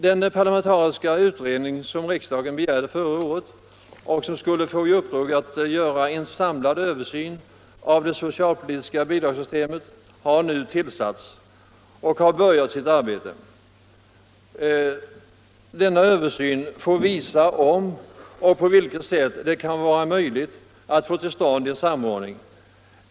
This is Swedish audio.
Den parlamentariska utredning som riksdagen begärde förra året och som skulle få i uppdrag att göra en samlad översyn av det socialpolitiska — Medborgarförbidragssystemet har nu tillsatts och påbörjat sitt arbete. Denna översyn = säkring och medfår visa om och på vilket sätt det kan vara möjligt att få till stånd en = borgarbidrag samordning.